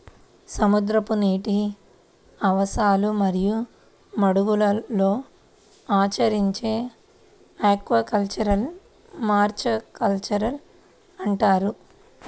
సముద్రపు నీటి ఆవాసాలు మరియు మడుగులలో ఆచరించే ఆక్వాకల్చర్ను మారికల్చర్ అంటారు